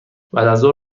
بعدازظهر